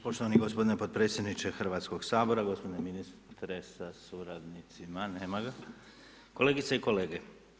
Poštovani gospodine potpredsjedniče Hrvatskog sabora, poštovani gospodine ministre sa suradnicima, nema ga, kolegice i kolege.